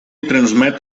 transmet